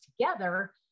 together